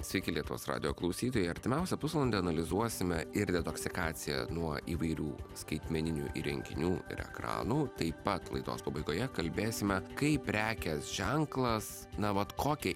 sykį lietuvos radijo klausytojai artimiausią pusvalandį analizuosime ir detoksikaciją nuo įvairių skaitmeninių įrenginių ir ekranų taip pat laidos pabaigoje kalbėsime kaip prekės ženklas na vat kokią